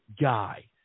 guy